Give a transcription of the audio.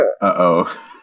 Uh-oh